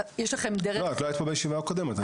לא היית פה בישיבה הקודמת.